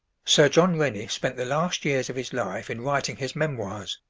sir john rennie spent the last years of his life in writing his memoirs,